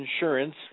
insurance